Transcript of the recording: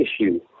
issue